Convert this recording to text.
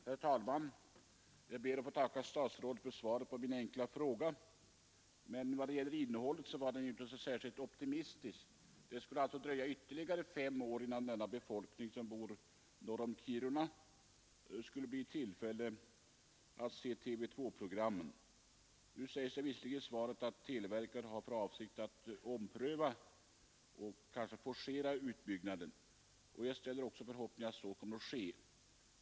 Herr talman! Jag ber att få tacka statsrådet för svaret på min enkla fråga, men i vad det gäller innehållet var svaret inte särskilt optimistiskt. Det torde alltså dröja ytterligare fem år innan denna befolkning, som bor norr om Kiruna, skulle bli i tillfälle att se TV 2-programmen. Nu sägs det visserligen i svaret att televerket har för avsikt att ompröva och kanske forcera utbyggnaden, och jag har också förhoppningar om att så kommer att ske.